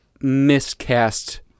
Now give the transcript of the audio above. miscast